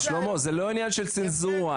שלמה, זה לא עניין של צנזורה.